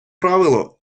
правило